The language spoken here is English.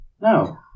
No